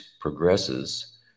progresses